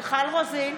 מיכל רוזין,